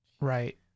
right